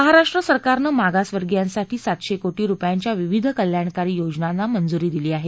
महाराष्ट्र सरकारनं मागासवर्गियांसाठी सातशे कोटी रुपयांच्या विविध कल्याणकारी योजनांना मंजुरी दिली आहे